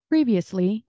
Previously